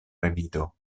revido